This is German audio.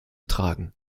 tragen